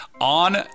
On